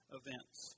events